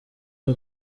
aba